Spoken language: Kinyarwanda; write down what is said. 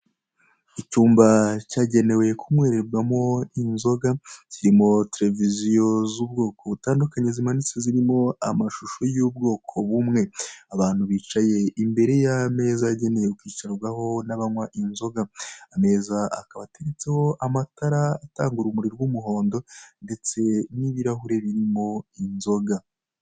Icyumba cyagenewe kunywerebwa mo inzoga, kirimo televiziyo, z'ubwoko butandukanye zimanitse zirimo amashusho y'ubwoko bumwe, abantu bicaye imbere y'ameza yagenewe kwicarwaho n'abanywa inzoga, ameza akaba ateretseho amatara atanga urumuri rw'umuhondo ndetse n'ibirahure birimo inzoga.